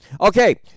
Okay